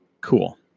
cool